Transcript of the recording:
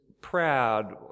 proud